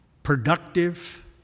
productive